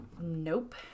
Nope